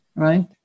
Right